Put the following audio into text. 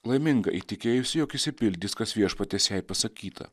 laiminga įtikėjusi jog išsipildys kas viešpaties jai pasakyta